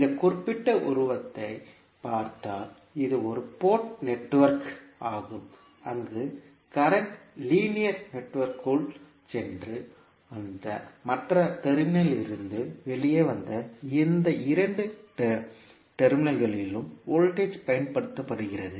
இந்த குறிப்பிட்ட உருவத்தைப் பார்த்தால் இது ஒரு போர்ட் நெட்வொர்க் ஆகும் அங்கு கரண்ட் லீனியர் நெட்வொர்க்கிற்குள் சென்று மற்ற டெர்மினல் லிருந்து வெளியே வந்து இந்த இரண்டு டெர்மினல்களிலும் வோல்ட்டேஜ் பயன்படுத்தப்படுகிறது